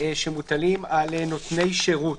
שמוטלים על נותני שירות.